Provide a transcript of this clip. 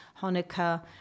Hanukkah